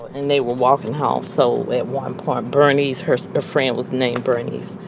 and they were walking home, so at one point bernice, her friend was named bernice,